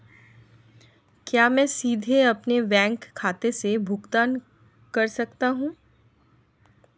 क्या मैं सीधे अपने बैंक खाते से भुगतान कर सकता हूं?